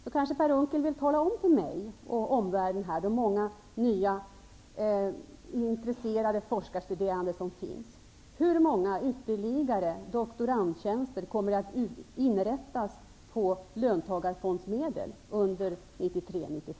Per Unckel kanske vill tala om för mig och omvärlden -- framför allt de nya intresserade forskarstuderandena -- hur många ytterligare doktorandtjänster som kommer att inrättas med löntagarfondsmedel under 1993/94.